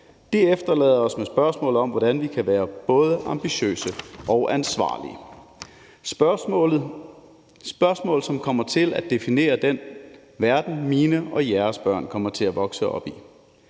Det efterlader os med spørgsmålet om, hvordan vi kan være både ambitiøse og ansvarlige. Det er spørgsmål, som kommer til at definere den verden, mine og jeres børn kommer til at vokse op i.